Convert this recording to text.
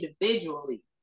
individually